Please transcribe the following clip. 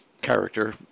character